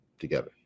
together